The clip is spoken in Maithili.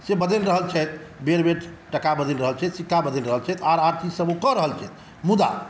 से बदलि रहल छथि बेर बेर टका बदलि रहल छथि सिक्का बदलि रहल छथि आर आर चीज सभ ओ कऽ रहल छथि मुदा